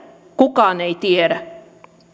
kukaan ei tiedä